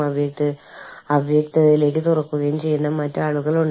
അവരെ സംബന്ധിച്ചിടത്തോളം സർഗ്ഗാത്മകത ഒരു മുഖസ്തുതി സംഘടന ഒരു പുതിയ കാര്യമാണ്